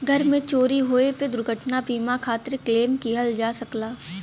घर में चोरी होये पे दुर्घटना बीमा खातिर क्लेम किहल जा सकला